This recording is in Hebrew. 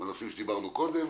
בנושאים שדיברנו קודם,